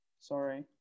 Sorry